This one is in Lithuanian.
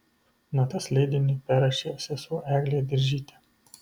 natas leidiniui perrašė sesuo eglė diržytė